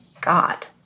God